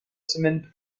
semaines